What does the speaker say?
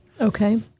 Okay